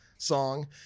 song